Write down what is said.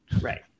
Right